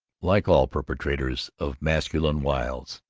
like all perpetrators of masculine wiles.